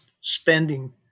spending